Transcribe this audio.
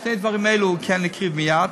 שני הדברים האלה הוא כן הקריב מייד,